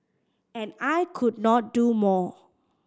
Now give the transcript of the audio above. and I could not do more